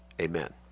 Amen